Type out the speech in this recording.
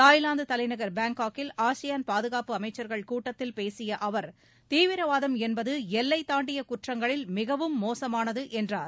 Thailand தலைநகர் பாங்காக்கில் ASEAN பாதுகாப்பு அமைச்சர்கள் கூட்டத்தில் பேசிய அவர் தீவிரவாதம் என்பது எல்லை தாண்டிய குற்றங்களில் மிகவும் மோசமானது என்றார்